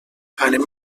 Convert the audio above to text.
anem